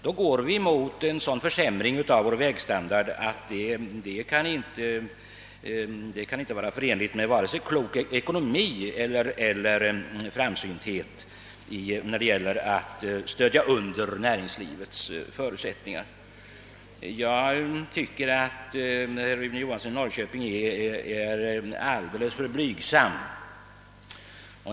Då går vi mot en försämring av vår vägstandard som inte kan vara förenlig med vare sig klok ekonomi eller framsynthet när det gäller att stödja näringslivet. Jag tycker att herr Johansson i Norrköping är alldeles för blygsam.